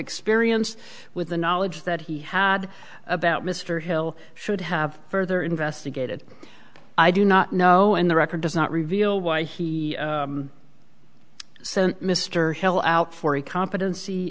experience with the knowledge that he had about mr hill should have further investigated i do not know and the record does not reveal why he sent mr hill out for a competency